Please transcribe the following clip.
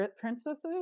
princesses